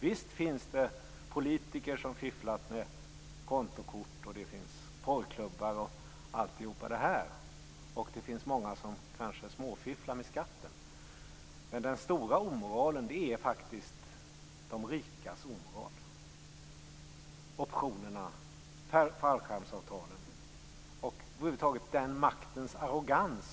Visst finns det politiker som fifflat med kontokort, porrklubbar osv., och det finns många som kanske småfifflar med skatten, men den stora omoralen är faktiskt de rikas omoral, t.ex. optionerna, fallskärmsavtalen. Jag talade om maktens arrogans.